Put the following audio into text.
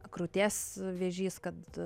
krūties vėžys kad